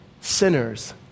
sinners